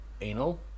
anal